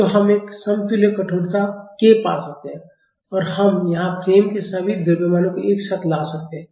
तो हम एक समतुल्य कठोरता k पा सकते हैं और हम यहाँ फ्रेम के सभी द्रव्यमानों को एक साथ ला सकते हैं